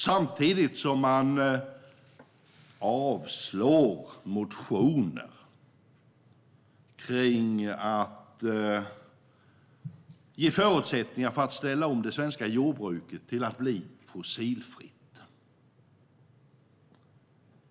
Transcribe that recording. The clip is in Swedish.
Samtidigt avstyrker man motioner som handlar om att ge förutsättningar för att ställa om det svenska jordbruket till att bli fossilfritt.